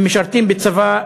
הם משרתים בצבא,